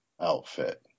outfit